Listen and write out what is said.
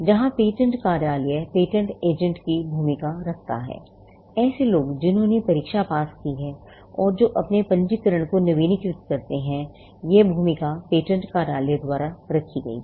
जहां पेटेंट कार्यालय patent agent की भूमिका रखता है ऐसे लोग जिन्होंने परीक्षा पास की है और जो अपने पंजीकरण को नवीनीकृत करते हैं यह भूमिका पेटेंट कार्यालय द्वारा रखी गई है